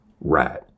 Right